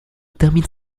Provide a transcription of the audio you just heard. termine